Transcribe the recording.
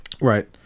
Right